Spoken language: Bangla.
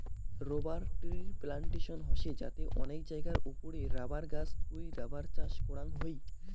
রবার ট্রির প্লানটেশন হসে যাতে অনেক জায়গার ওপরে রাবার গাছ থুই রাবার চাষ করাং হই